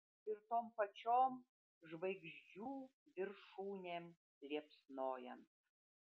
ir tom pačiom žvaigždžių viršūnėm liepsnojant